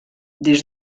des